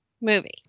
movie